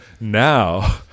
now